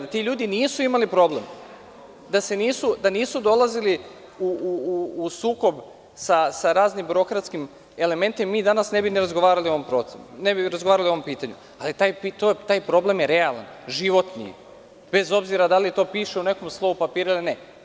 Da ti ljudi nisu imali problem, da nisu dolazili u sukob sa raznim birokratskim elementima, mi danas ne bi ni razgovarali o ovom pitanju, ali taj problem je realan, životni, bez obzira da li to piše u nekom slovu papira ili ne.